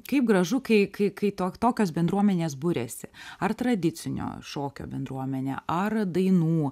kaip gražu kai kai kai tokios bendruomenės buriasi ar tradicinio šokio bendruomenė ar dainų